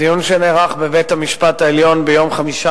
בדיון שנערך בבית-המשפט העליון ביום 15